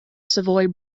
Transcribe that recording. savoy